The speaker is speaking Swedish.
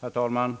Herr talman!